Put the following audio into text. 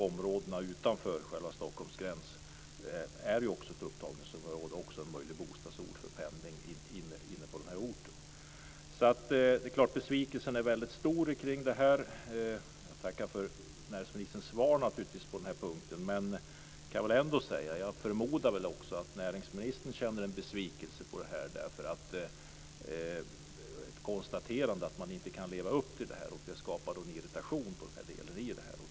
Områden utanför själva Stockholms gräns är också ett upptagningsområde och en möjlig bostadsort för pendling. Det är klart att besvikelsen är mycket stor kring detta. Jag tackar naturligtvis för näringsministerns svar på den här punkten, men jag kan ändå säga att jag förmodar att också näringsministern känner en besvikelse inför konstaterandet att man inte kan leva upp till det här. Det skapar en irritation.